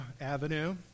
Avenue